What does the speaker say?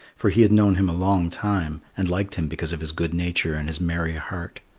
for he had known him a long time and liked him because of his good nature and his merry heart.